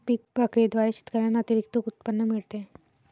पीक प्रक्रियेद्वारे शेतकऱ्यांना अतिरिक्त उत्पन्न मिळते